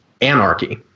anarchy